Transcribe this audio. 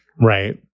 Right